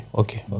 okay